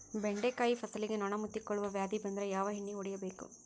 ಬೆಂಡೆಕಾಯ ಫಸಲಿಗೆ ನೊಣ ಮುತ್ತಿಕೊಳ್ಳುವ ವ್ಯಾಧಿ ಬಂದ್ರ ಯಾವ ಎಣ್ಣಿ ಹೊಡಿಯಬೇಕು?